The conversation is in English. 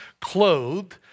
clothed